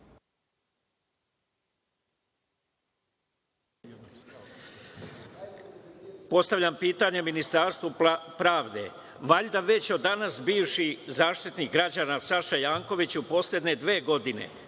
Postavljam pitanje Ministarstvu pravde. Valjda već od danas bivši Zaštitnik građana, Saša Janković u poslednje dve godine